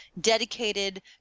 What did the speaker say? dedicated